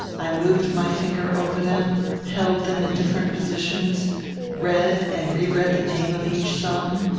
i moved my finger over them held them in different positions read and reread the name of each sum,